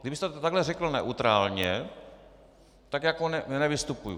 Kdybyste to takhle řekl neutrálně, tak jako nevystupuji.